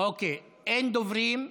אוקיי, אין דוברים.